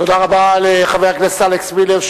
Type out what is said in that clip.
תודה רבה לחבר הכנסת אלכס מילר,